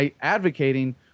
advocating